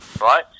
right